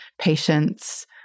patients